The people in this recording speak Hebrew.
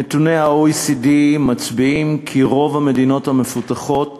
נתוני ה-OECD מצביעים על כך שרוב המדינות המפותחות